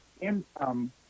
income